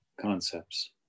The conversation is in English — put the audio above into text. concepts